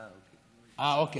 אה, אוקיי,